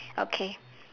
okay